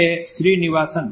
Srinivasan Mandayam A